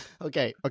okay